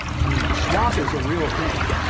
i mean, the swamp is a real thing.